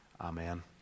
Amen